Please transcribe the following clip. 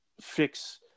fix